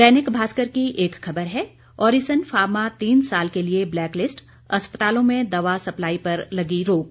दैनिक भास्कर की एक खबर है ऑरिसन फार्मा तीन साल के लिए ब्लैक लिस्ट अस्पतालों में दवा सप्लाई पर लगी रोक